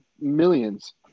millions